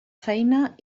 feina